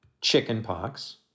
chickenpox